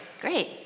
Great